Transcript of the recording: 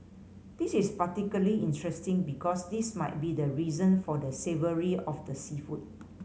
this is particularly interesting because this might be the reason for the savoury of the seafood